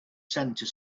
center